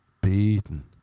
beaten